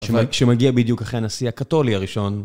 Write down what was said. שמ, שמגיע בדיוק אחרי הנשיא הקתולי הראשון.